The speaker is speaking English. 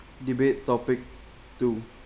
debate topic two